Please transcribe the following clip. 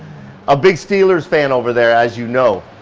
a big steelers fan over there as you know.